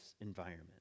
environment